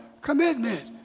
commitment